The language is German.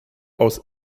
aus